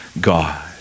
God